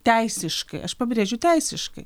teisiškai aš pabrėžiu teisiškai